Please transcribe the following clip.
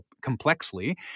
Complexly